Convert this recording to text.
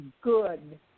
good